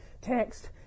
text